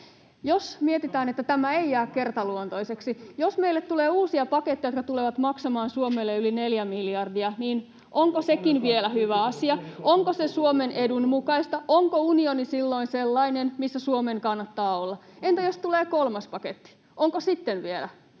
Jos mietitään, että tämä ei jää kertaluontoiseksi, jos meille tulee uusia paketteja, jotka tulevat maksamaan Suomelle yli neljä miljardia, niin onko sekin hyvä asia? [Paavo Arhinmäen välihuuto] Onko se Suomen edun mukaista? Onko unioni silloin sellainen, missä Suomen kannattaa olla? Entä jos tulee kolmas paketti, onko sitten vielä?